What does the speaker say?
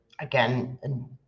again